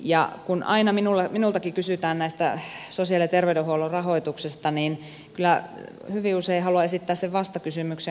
ja kun aina minultakin kysytään tästä sosiaali ja terveydenhuollon rahoituksesta niin kyllä hyvin usein haluan esittää vastakysymyksen